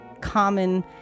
common